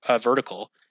vertical